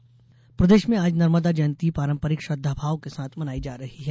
नर्मदा जयंती प्रदेश में आज नर्मदा जयंती पारंपरिक श्रद्धाभाव के साथ मनाई जा रही है